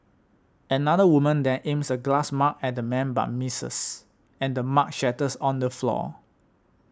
another woman then aims a glass mug at the man but misses and the mug shatters on the floor